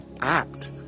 act